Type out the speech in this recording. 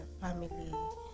family